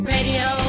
Radio